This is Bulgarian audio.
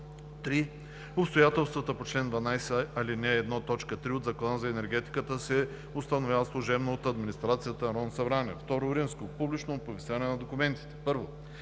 3. Обстоятелствата по чл. 12, ал. 1, т. 3 от Закона за енергетиката се установяват служебно от администрацията на Народно събрание. II. Публично оповестяване на документите